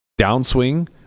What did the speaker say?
downswing